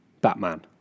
Batman